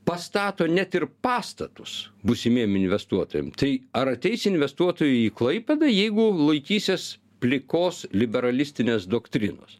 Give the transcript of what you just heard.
pastato net ir pastatus būsimiem investuotojam tai ar ateis investuotojai į klaipėdą jeigu laikysies plikos liberalistinės doktrinos